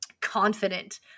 confident